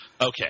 Okay